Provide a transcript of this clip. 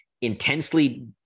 intensely